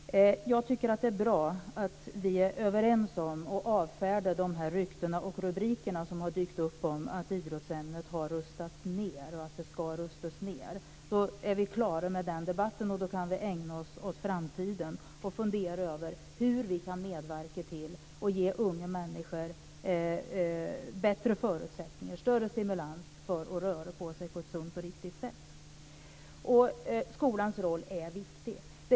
Fru talman! Jag tycker att det är bra att vi är överens om att avfärda de rykten och rubriker som har dykt upp om att idrottsämnet har rustats ned och att det ska rustas ned. Då är vi klara med den debatten. Då kan vi ägna oss åt framtiden och fundera över hur vi kan medverka till att ge unga människor bättre förutsättningar och större stimulans för att röra på sig på ett sunt och riktigt sätt. Skolans roll är viktig.